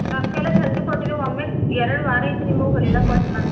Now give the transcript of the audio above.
ರೊಕ್ಕ ಎಲ್ಲ ಜಲ್ದಿ ಕೊಟ್ಟಿದ್ದೇವೆ ಒಮ್ಮೆ ಎರಡು ವಾರಾಯ್ತ ನಿಮ್ಮವ ಹೊಲಿಲಕ್ ಕೊಟ್ಟು ನಾ